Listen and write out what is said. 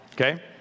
okay